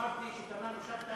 אמרתי שתמנו-שטה היא הח"כית